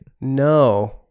No